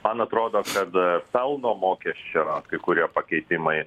man atrodo kad pelno mokesčio kai kurie pakeitimai